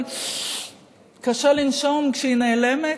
אבל קשה לנשום כשהיא נעלמת.